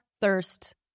thirst